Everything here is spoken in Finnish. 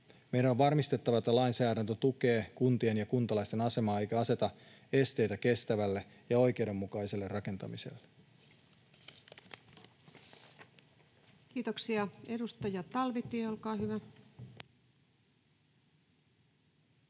Meidän on varmistettava, että lainsäädäntö tukee kuntien ja kuntalaisten asemaa eikä aseta esteitä kestävälle ja oikeudenmukaiselle rakentamiselle. [Speech 183] Speaker: